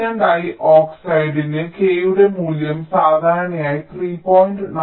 silicon ഡൈ ഓക്സൈഡിന് k യുടെ മൂല്യം സാധാരണയായി 3